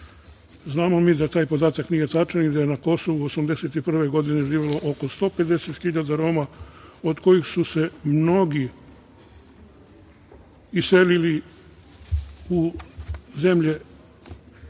Znamo mi da taj podatak nije tačan i da je na Kosovu 1981. godine živelo oko 150 hiljada Roma od kojih su se mnogi iselili u zemlje